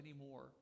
anymore